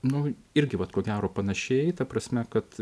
nu irgi vat ko gero panašiai ta prasme kad